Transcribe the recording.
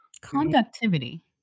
Conductivity